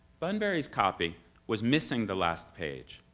bunbury's copy was missing the last page.